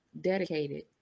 dedicated